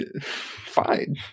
fine